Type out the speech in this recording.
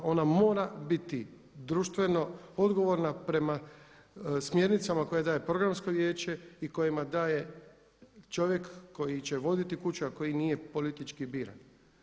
Ona mora biti društveno odgovorna prema smjernicama koje daje Programsko vijeće i koje daje čovjek koji će voditi kuću a koji nije politički biran.